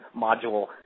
module